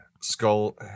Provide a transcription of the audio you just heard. skull